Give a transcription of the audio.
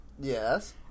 Yes